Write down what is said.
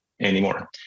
anymore